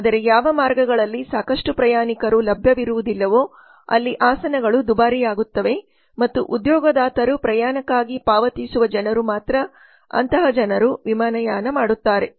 ಆದರೆ ಯಾವ ಮಾರ್ಗಗಳಲ್ಲಿ ಸಾಕಷ್ಟು ಪ್ರಯಾಣಿಕರು ಲಭ್ಯವಿರುವುದಿಲ್ಲವೋ ಅಲ್ಲಿ ಆಸನಗಳು ದುಬಾರಿಯಾಗುತ್ತವೆ ಮತ್ತು ಉದ್ಯೋಗದಾತರು ಪ್ರಯಾಣಕ್ಕಾಗಿ ಪಾವತಿಸುವ ಜನರು ಮಾತ್ರ ಅಂತಹ ಜನರು ವಿಮಾನಯಾನ ಮಾಡುತ್ತಾರೆ